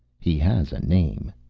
he has a name.